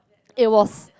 it was